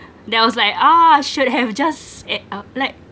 then I was like ah should have just eh uh like